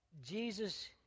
Jesus